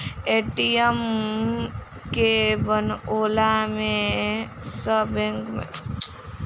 ATM के बनओला सॅ बैंक मे भीड़ कम भेलै अछि